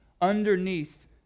underneath